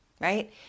right